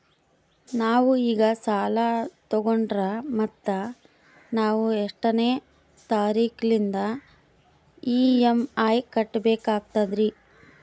ನಾವು ಈಗ ಸಾಲ ತೊಗೊಂಡ್ರ ಮತ್ತ ನಾವು ಎಷ್ಟನೆ ತಾರೀಖಿಲಿಂದ ಇ.ಎಂ.ಐ ಕಟ್ಬಕಾಗ್ತದ್ರೀ?